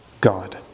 God